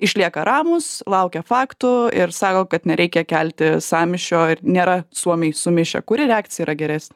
išlieka ramūs laukia faktų ir sako kad nereikia kelti sąmyšio ir nėra suomiai sumišę kuri reakcija yra geresnė